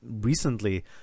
recently